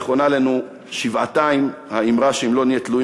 נכונה שבעתיים האמרה שאם לא נהיה תלויים